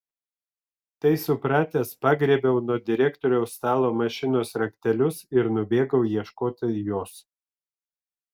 tai supratęs pagriebiau nuo direktoriaus stalo mašinos raktelius ir nubėgau ieškoti jos